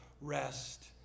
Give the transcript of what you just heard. rest